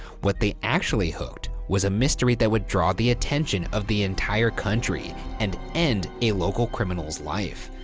what they actually hooked was a mystery that would draw the attention of the entire country and end a local criminal's life.